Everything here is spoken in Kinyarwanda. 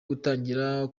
gutangirira